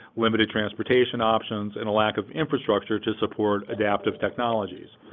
limited transportation options, and a lack of infrastructure to support adaptive technologies.